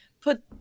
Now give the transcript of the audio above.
put